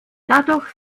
dadurch